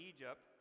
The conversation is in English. Egypt